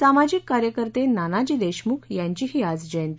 सामाजिक कार्यकर्ते नानाजी देशमुख यांचीही आज जयंती